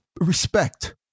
respect